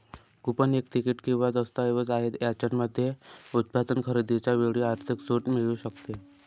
coupon एक ticket किंवा दस्तऐवज आहे, याच्यामुळे उत्पादन खरेदीच्या वेळी आर्थिक सूट मिळू शकते